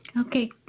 Okay